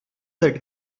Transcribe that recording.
that